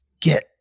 get